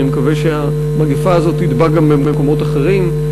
ואני מקווה שהמגפה הזאת תדבק גם במקומות אחרים.